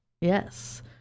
Yes